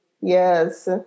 Yes